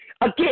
Again